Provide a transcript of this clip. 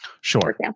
Sure